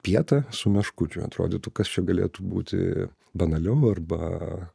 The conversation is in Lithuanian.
pieta su meškučiu atrodytų kas čia galėtų būti banaliau arba